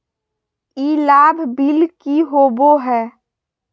ई लाभ बिल की होबो हैं?